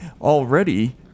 already